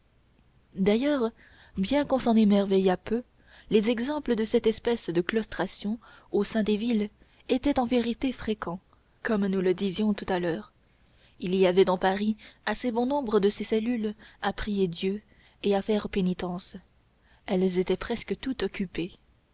d'ailleurs bien qu'on s'en émerveillât peu les exemples de cette espèce de claustration au sein des villes étaient en vérité fréquents comme nous le disions tout à l'heure il y avait dans paris assez bon nombre de ces cellules à prier dieu et à faire pénitence elles étaient presque toutes occupées